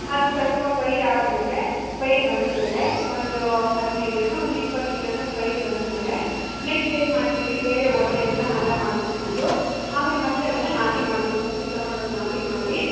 ಅದು ಸ್ವಲ್ಪ ಪೈರಾದ ಮೇಲೆ ಪೈರು ಬಂದ ಮೇಲೆ ಒಂದು ಹದಿನೈದು ದಿನಾನೋ ಒಂದು ಇಪ್ಪತ್ತು ದಿನಾನೋ ಪೈರು ಬಂದ ಮೇಲೆ ನೆಕ್ಸ್ಟ್ ಏನು ಮಾಡ್ತೀವಿ ಬೇರೆ ಹೊಲ ಎಲ್ಲ ಹದ ಮಾಡ್ಕೊಂಡಿದ್ದು ಆಮೇಲೆ ಮತ್ತೆ ಅದನ್ನು ನಾಟಿ ಮಾಡ್ತೀವಿ ಸಸಿ ತಗೊಂಡು ಹೋಗಿ ನಾಟಿ ಮಾಡಿ